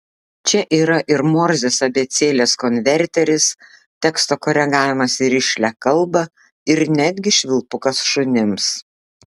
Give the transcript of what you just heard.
čia yra ir morzės abėcėlės konverteris teksto koregavimas į rišlią kalbą ir netgi švilpukas šunims